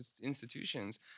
institutions